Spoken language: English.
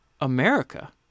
America